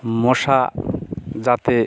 মশা যাতে